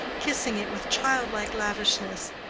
kissing it with childlike lavishness.